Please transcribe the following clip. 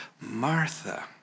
Martha